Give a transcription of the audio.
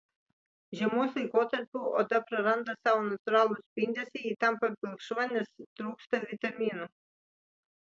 žiemos laikotarpiu oda praranda savo natūralų spindesį ji tampa pilkšva nes trūksta vitaminų